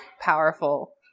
powerful